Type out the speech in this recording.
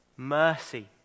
Mercy